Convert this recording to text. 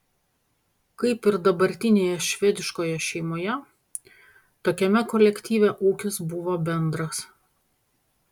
kaip ir dabartinėje švediškoje šeimoje tokiame kolektyve ūkis buvo bendras